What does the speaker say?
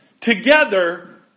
together